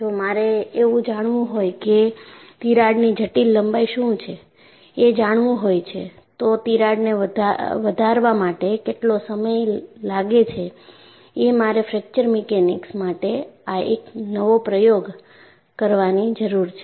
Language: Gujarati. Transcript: જો મારે એવું જાણવું હોય કે તિરાડની જટિલ લંબાઈ શું છે એ જાણવું હોય છે તો તિરાડને વધારવા માટે કેટલો સમય લાગે છે એ મારે ફ્રેક્ચર મિકેનિક્સ માટે આ એક નવો પ્રયોગ કરવાની જરૂર છે